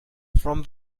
from